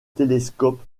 télescope